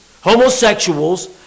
homosexuals